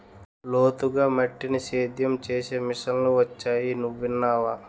లోతుగా మట్టిని సేద్యం చేసే మిషన్లు వొచ్చాయి నువ్వు విన్నావా?